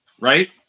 Right